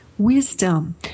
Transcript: wisdom